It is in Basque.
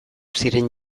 ziren